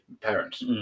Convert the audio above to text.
parents